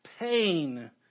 pain